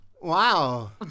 Wow